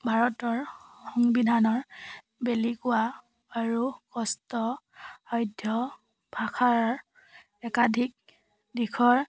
ভাৰতৰ সংবিধানৰ ভাষাৰ একাধিক দিশৰ